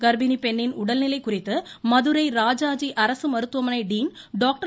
கர்ப்பிணி பெண்ணின் உடல்நிலை குறித்து மதுரை ராஜாஜி அரசு மருத்துவமனை டின் டாக்டர்